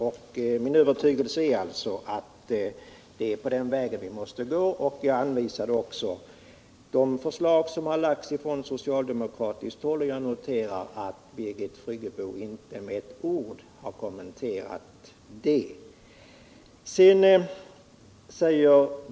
Min övertygelse är alltså att det är den vägen vi måste gå. Jag redovisade också de förslag som har lagts fram från socialdemokratiskt håll, och jag noterar att Birgit Friggebo inte med ett ord har kommenterat det.